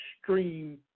extreme